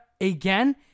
again